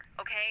okay